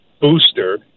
booster